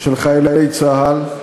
של חיילי צה"ל.